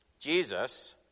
Jesus